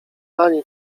ani